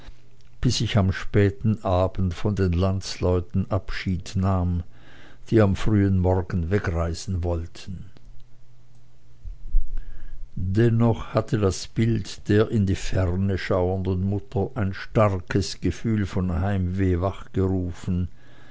bis ich am späten abend von den landsleuten abschied nahm die am frühen morgen wegreisen wollten dennoch hatte das bild der in die ferne schauenden mutter ein starkes gefühl von heimweh wachgerufen